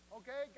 okay